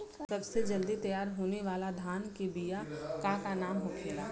सबसे जल्दी तैयार होने वाला धान के बिया का का नाम होखेला?